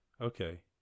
Okay